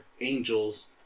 angels